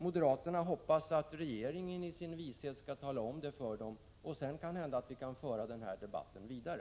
Moderaterna hoppas att regeringen i sin vishet skall tala om det för dem, så att vi sedan kanhända kan föra debatten vidare.